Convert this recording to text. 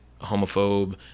homophobe